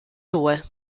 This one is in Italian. due